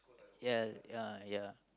ya ya ya